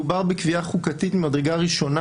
מדובר בקביעה חוקתית ממדרגה ראשונה,